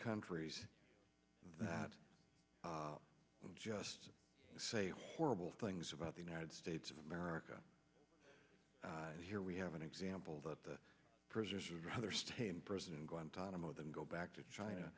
countries that just say horrible things about the united states of america and here we have an example that the prisoners would rather stay in prison in guantanamo then go back to china